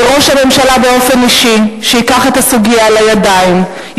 לראש הממשלה באופן אישי שייקח את הסוגיה לידיים,